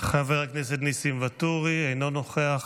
חבר הכנסת נסים ואטורי, אינו נוכח.